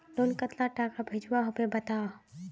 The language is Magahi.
लोन कतला टाका भेजुआ होबे बताउ?